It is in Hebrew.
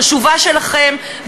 חשובה שלכם,